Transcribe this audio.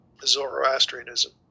Zoroastrianism